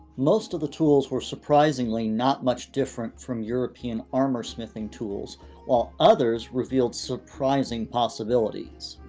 most of the tools were surprisingly not much different from european armoursmithing tools while others revealed surprising possibilities.